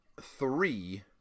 three